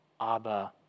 Abba